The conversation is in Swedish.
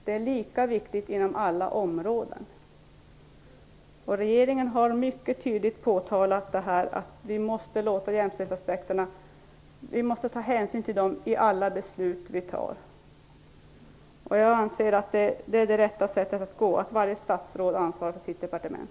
Det är lika viktigt på alla områden. Regeringen har mycket tydligt påtalat att vi måste ta hänsyn till jämställdhetsaspekterna i alla beslut som vi fattar. Jag anser att det rätta sättet är att varje statsråd ansvarar för sitt departement.